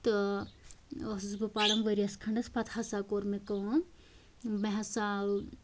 تہٕ ٲسٕس بہٕ پران ؤریَس کھنڈَس پَتہٕ ہسا کوٚر مےٚ کٲم مےٚ ہسا